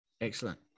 excellent